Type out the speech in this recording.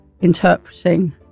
interpreting